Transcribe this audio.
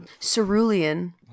cerulean